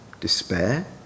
despair